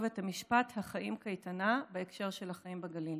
את המשפט "החיים קייטנה" בהקשר של החיים בגליל.